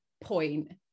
point